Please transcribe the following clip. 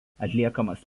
atliekamas